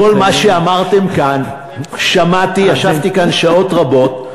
כל מה שאמרתם כאן שמעתי, ישבתי כאן שעות רבות,